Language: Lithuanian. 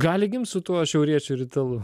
gali gimt su tuo šiauriečiu ir italu